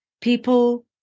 people